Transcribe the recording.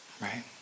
Right